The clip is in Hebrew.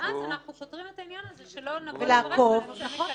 אנחנו פותרים אז את העניין הזה שלא נבוא לברך ונימצא מקללים.